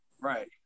Right